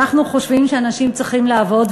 אנחנו חושבים שאנשים צריכים לעבוד,